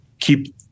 keep